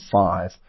five